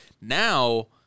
Now